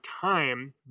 time